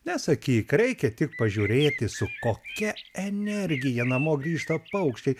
nesakyk reikia tik pažiūrėti su kokia energija namo grįžta paukščiai